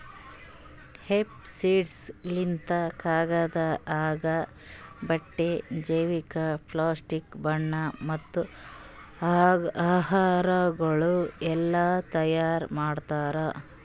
hemp seeds ಲಿಂತ್ ಕಾಗದ, ಹಗ್ಗ, ಬಟ್ಟಿ, ಜೈವಿಕ, ಪ್ಲಾಸ್ಟಿಕ್, ಬಣ್ಣ ಮತ್ತ ಆಹಾರಗೊಳ್ ಎಲ್ಲಾ ತೈಯಾರ್ ಮಾಡ್ತಾರ್